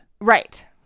Right